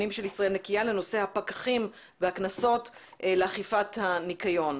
של ישראל נקייה לנושא הפקחים והקנסות לאכיפת הניקיון.